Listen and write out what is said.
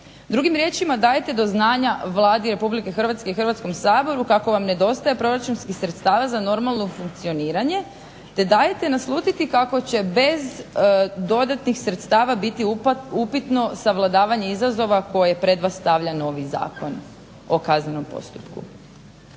Drugim riječima dajete do znanja Vladi Republike Hrvatske i Hrvatskom saboru kako vam nedostaje proračunskih sredstava za normalno funkcioniranje te dajte naslutiti kao će bez dodatnih sredstava biti upitno savladavanje izazova koje pred vas stavlja novi Zakon o kaznenom postupku.